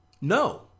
no